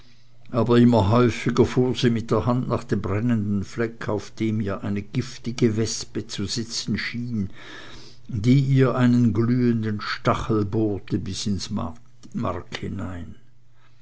aber immer häufiger fuhr sie mit der hand nach dem brennenden fleck auf dem ihr eine giftige wespe zu sitzen schien die ihr einen glühenden stachel bohre bis ins mark hinein